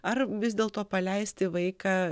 ar vis dėlto paleisti vaiką